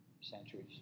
centuries